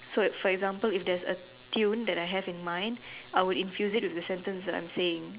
so for example if there is a tune that I have in mind I would infuse it with the sentence that I am saying